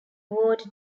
word